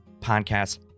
podcast